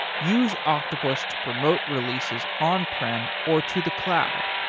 use octopus to promote releases on prem or to the cloud.